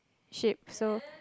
sheep so